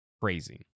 Crazy